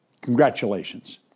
Congratulations